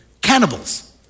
cannibals